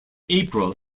april